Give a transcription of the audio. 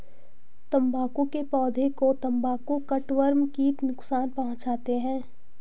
तंबाकू के पौधे को तंबाकू कटवर्म कीट नुकसान पहुंचाते हैं